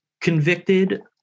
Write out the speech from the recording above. convicted